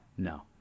No